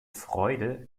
freude